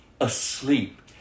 asleep